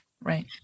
right